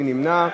מי נמנע?